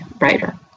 writer